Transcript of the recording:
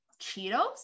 Cheetos